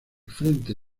frente